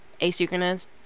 asynchronous